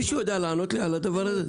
מישהו יודע לענות לי על הדבר הזה?